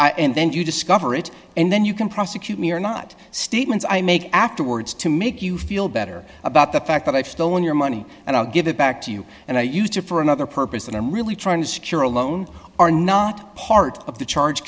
then and then you discover it and then you can prosecute me or not statements i make afterwards to make you feel better about the fact that i've stolen your money and i'll give it back to you and i used it for another purpose and i'm really trying to secure a loan are not part of the charge